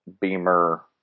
Beamer –